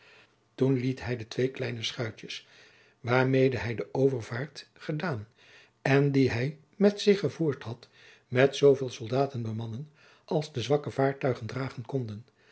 toen liet hij de twee kleine schuitjens waarmede hij de overvaart gedaan en die hij met zich gevoerd had met zoo veel soldaten bemannen als de zwakke vaartuigen dragen konden